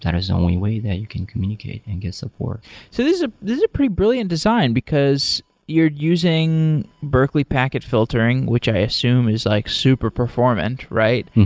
kind of is the only way that you can communicate and get support. so this is ah is a pretty brilliant design, because you're using berkeley packet filtering, which i assume is like super performance, right?